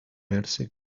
verse